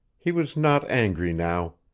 he was not angry now.